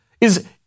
is-